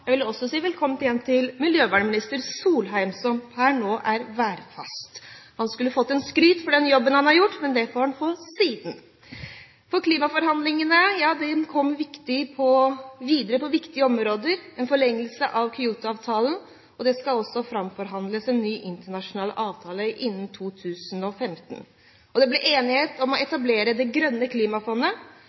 jeg vil også si velkommen hjem til miljøvernminister Solheim, som per nå er værfast. Han skulle fått skryt for den jobben han har gjort, men det får han få siden. Klimaforhandlingene kom videre på viktige områder, med en forlengelse av Kyoto-avtalen og ved at det skal framforhandles en ny internasjonal avtale innen 2015. Det ble enighet om å etablere